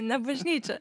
ne bažnyčioj